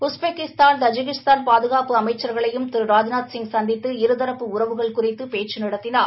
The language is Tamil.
உஸ்பெக்கிஸ்தான் தஜிகிஸ்தான் பாதுகாப்பு அமைச்சாகளையும் திரு ராஜ்நாத்சிய் சந்தித்து இருதரப்பு உறவுகள் குறித்து பேச்சு நடத்தினார்